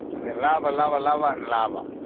and then lava, lava, lava and lava.